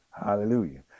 Hallelujah